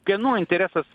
kieno interesas